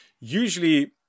usually